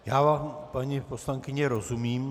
Já vám, paní poslankyně rozumím.